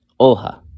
Oha